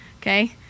okay